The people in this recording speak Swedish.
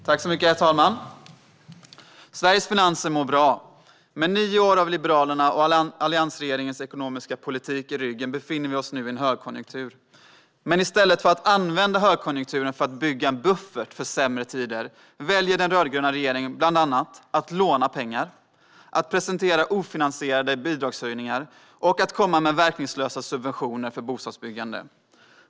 Herr talman! Sveriges finanser mår bra. Med nio år av Liberalernas och alliansregeringens ekonomiska politik i ryggen befinner vi oss nu i en högkonjunktur. Men i stället för att använda högkonjunkturen för att bygga en buffert för sämre tider väljer den rödgröna regeringen bland annat att låna pengar, presentera ofinansierade bidragshöjningar och komma med verkningslösa subventioner för bostadsbyggande.